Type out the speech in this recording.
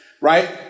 Right